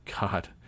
God